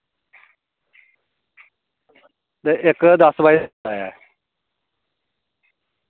ते इक्क दस्स बाय ऐ